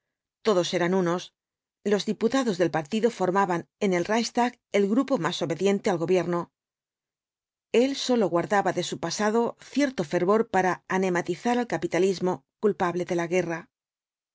todos eran unos los diputados del partido formaban en el reicbstag el grupo más obediente al gobierno el sólo guarlos cuatro jinbtks dbjj apocalipsis daba de su pasado cierto fervor para anatematizar al capitalismo culpable de la guerra